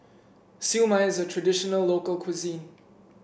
Siew Mai is a traditional local cuisine